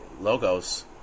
Logos